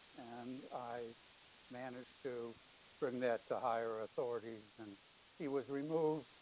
and i managed to bring that to higher authorities and he was removed,